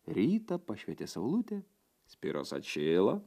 rytą pašvietė saulutė spiros atšilo